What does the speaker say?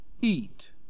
eat